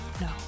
no